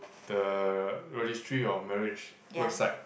the registry of marriage website